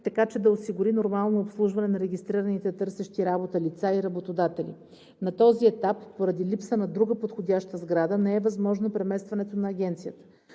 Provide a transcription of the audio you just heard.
така че да осигури нормално обслужване на регистрираните лица, търсещи работа, и работодатели. На този етап, поради липса на друга подходяща сграда, не е възможно преместването на Агенцията,